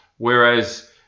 Whereas